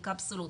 בקפסולות,